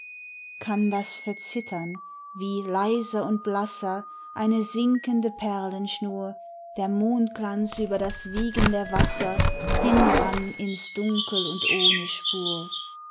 kann das verzittern wie leiser und blasser eine sinkende perlenschnur der mondglanz über das wiegen der wasser hinrann ins dunkel und ohne spur